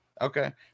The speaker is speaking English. okay